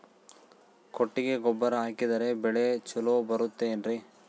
ಕೊಟ್ಟಿಗೆ ಗೊಬ್ಬರ ಹಾಕಿದರೆ ಬೆಳೆ ಚೊಲೊ ಬರುತ್ತದೆ ಏನ್ರಿ?